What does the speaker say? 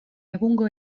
egungo